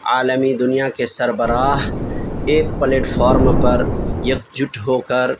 عالمی دنیا کے سربراہ ایک پلیٹفارم پر یک جٹ ہو کر